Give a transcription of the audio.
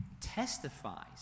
testifies